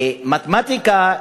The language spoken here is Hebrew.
במתמטיקה,